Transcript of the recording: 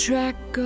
Track